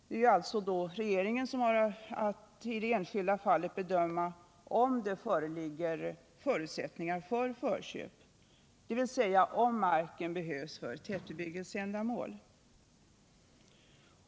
Det är alltså regeringen som har att i det enskilda fallet bedöma om det föreligger förutsättningar för ett förköp, dvs. om marken behövs för tätbebyggelseändamål.